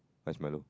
iced Milo